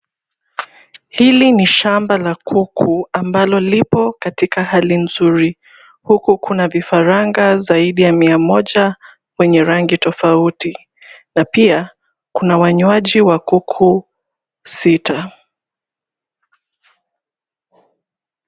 Hili ni shamba la kuku ambalo lipo katika hali nzuri, huku kuna vifaranga zaidi ya mia moja kwenye rangi tofauti, na pia kuna wanywaji wa kuku sita.